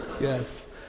Yes